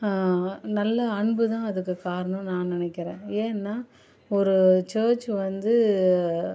நல்ல அன்புதான் அதுக்கு காரணம்னு நான் நினைக்கிறேன் ஏன்னா இப்போ ஒரு சேர்ச் வந்து